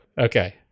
Okay